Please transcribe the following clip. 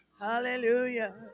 Hallelujah